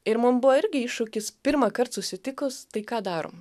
ir mum buvo irgi iššūkis pirmąkart susitikus tai ką darom